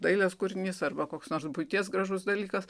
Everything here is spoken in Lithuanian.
dailės kūrinys arba koks nors buities gražus dalykas